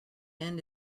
end